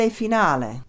finale